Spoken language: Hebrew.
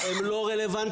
הן לא רלוונטיות.